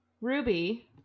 Ruby